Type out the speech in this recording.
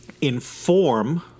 inform